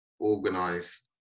organised